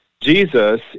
Jesus